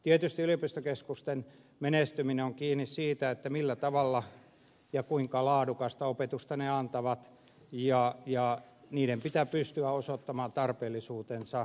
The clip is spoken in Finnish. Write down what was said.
tietysti yliopistokeskusten menestyminen on kiinni siitä millä tavalla ja kuinka laadukasta opetusta ne antavat ja niiden pitää pystyä osoittamaan tarpeellisuutensa